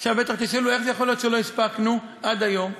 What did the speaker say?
עכשיו בטח תשאלו: איך זה יכול להיות שלא הספקנו עד היום?